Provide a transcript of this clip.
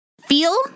Feel